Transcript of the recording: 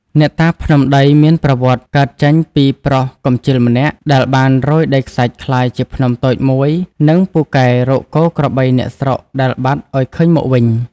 អ្នកតាភ្នំដីមានប្រវត្តិកើតចេញពីប្រុសកម្ជឹលម្នាក់ដែលបានរោយដីខ្សាច់ក្លាយជាភ្នំតូចមួយនិងពូកែរកគោក្របីអ្នកស្រុកដែលបាត់ឲ្យឃើញមកវិញ។